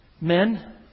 Men